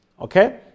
Okay